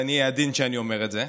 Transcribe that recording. ואני אהיה עדין כשאני אומר את זה,